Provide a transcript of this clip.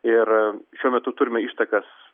ir šiuo metu turime ištakas